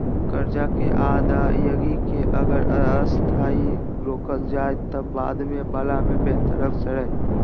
कर्जा के अदायगी के अगर अस्थायी रोकल जाए त बाद वला में बेहतर अवसर हइ